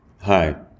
Hi